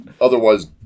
otherwise